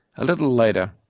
a little later,